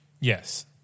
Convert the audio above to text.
yes